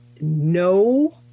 no